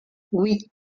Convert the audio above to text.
oui